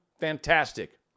fantastic